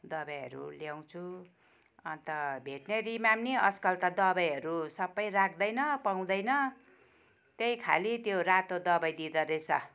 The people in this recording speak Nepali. दबाईहरू ल्याउँछु अन्त भेट्रिनेरीमा नि आजकल त दबाईहरू सबै राख्दैन पाउँदैन त्यही खालि त्यो रातो दबाई दिँदरहेछ